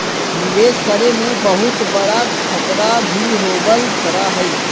निवेश करे में बहुत बडा खतरा भी होबल करा हई